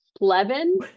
levin